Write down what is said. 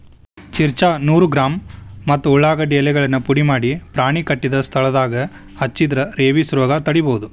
ಚಿರ್ಚ್ರಾ ನೂರು ಗ್ರಾಂ ಮತ್ತ ಉಳಾಗಡ್ಡಿ ಎಲೆಗಳನ್ನ ಪುಡಿಮಾಡಿ ಪ್ರಾಣಿ ಕಚ್ಚಿದ ಸ್ಥಳದಾಗ ಹಚ್ಚಿದ್ರ ರೇಬಿಸ್ ರೋಗ ತಡಿಬೋದು